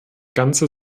ganze